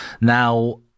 Now